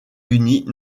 unis